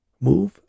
Move